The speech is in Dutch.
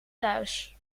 thuis